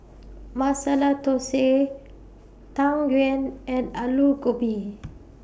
Masala Thosai Tang Yuen and Aloo Gobi